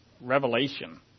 revelation